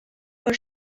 por